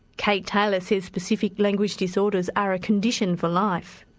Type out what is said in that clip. kate taylor says specific language disorders are a condition for life.